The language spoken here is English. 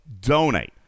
donate